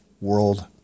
world